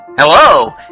Hello